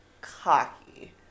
cocky